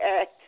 act